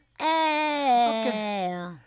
Okay